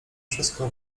wszystko